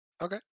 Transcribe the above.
Okay